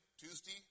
Tuesday